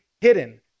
hidden